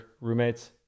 roommates